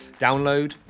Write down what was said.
download